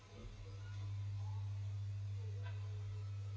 well